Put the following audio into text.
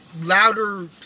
louder